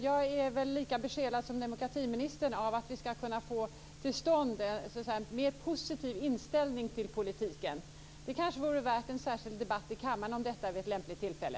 Jag är lika besjälad som demokratiministern av att vi ska få till stånd en mer positiv inställning till politiken. Det kanske vore värt att ha en särskild debatt i kammaren om detta vid ett lämpligt tillfälle.